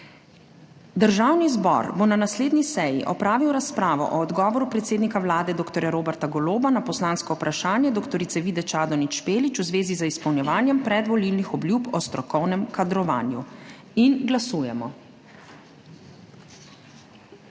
Državni zbor bo na naslednji seji opravil razpravo o odgovoru predsednika Vlade dr. Roberta Goloba na poslansko vprašanje dr. Vide Čadonič Špelič v zvezi z izpolnjevanjem predvolilnih obljub o strokovnem kadrovanju. Glasujemo.